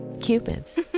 Cupid's